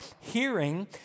hearing